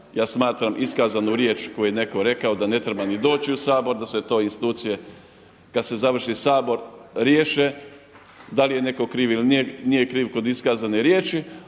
Ja smatram iskazanu riječ koju je neko rekao da ne treba ni doći u Sabor da se to institucije kada se završi Sabor riješe, da li je neko kriv ili nije kriv kod iskazane riječi,